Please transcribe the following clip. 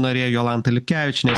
narė jolanta lipkevičienė